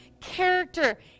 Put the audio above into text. character